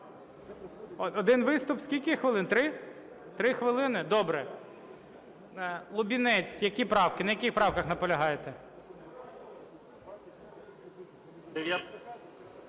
Один виступ скільки хвилин – три? Три хвилини? Добре. Лубінець, які правки, на яких правках наполягаєте?